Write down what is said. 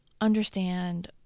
understand